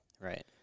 Right